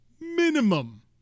minimum